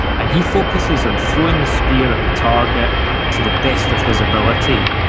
and he focuses on throwing the spear at the target to the best of his ability.